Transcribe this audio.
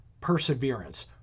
Perseverance